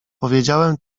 powiedziałem